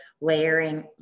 layering